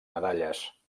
medalles